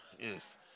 yes